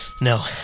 no